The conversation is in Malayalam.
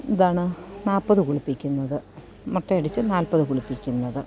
എന്താണ് നാല്പ്പത് കുളിപ്പിക്കുന്നത് മൊട്ടയടിച്ച് നാല്പ്പത് കുളിപ്പിക്കുന്നത്